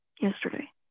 yesterday